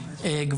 צוות.